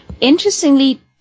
Interestingly